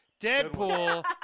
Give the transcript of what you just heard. Deadpool